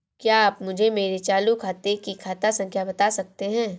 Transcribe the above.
क्या आप मुझे मेरे चालू खाते की खाता संख्या बता सकते हैं?